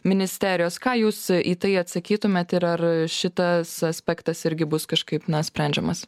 ministerijos ką jūs į tai atsakytumėt ir ar šitas aspektas irgi bus kažkaip na sprendžiamas